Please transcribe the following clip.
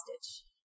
stitch